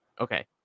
Okay